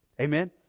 Amen